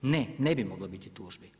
Ne, ne bi moglo biti tužbi.